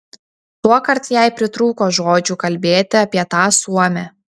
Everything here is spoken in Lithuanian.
tuokart jai pritrūko žodžių kalbėti apie tą suomę